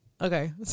okay